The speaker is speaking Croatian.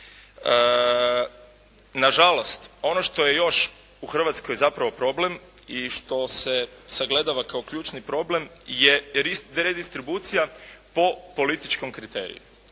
Na žalost, ono što je još u Hrvatskoj zapravo problem i što se sagledava kao ključni problem je redistribucija po političkom kriteriju.